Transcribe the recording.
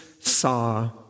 Saw